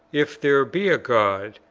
if there be a god,